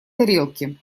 тарелки